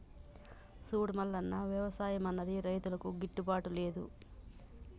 సూడు మల్లన్న, వ్యవసాయం అన్నది రైతులకు గిట్టుబాటు లేదు